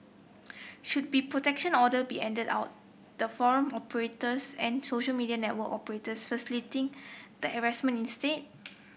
should be protection order be handed out the forum operators and social media network operators facilitating the harassment instead